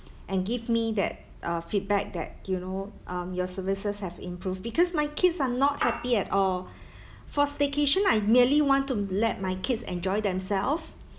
and give me that uh feedback that you know um your services have improved because my kids are not happy at all for staycation I merely want to let my kids enjoy themselves